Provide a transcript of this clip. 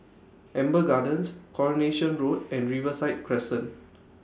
Amber Gardens Coronation Road and Riverside Crescent